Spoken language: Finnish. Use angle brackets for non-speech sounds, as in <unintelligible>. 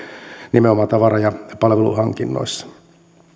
nimenomaan tavara ja <unintelligible> palveluhankinnoissa